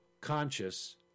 Conscious